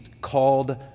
called